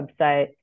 website